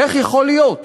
איך יכול להיות